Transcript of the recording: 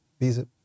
visa